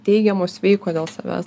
teigiamo sveiko dėl savęs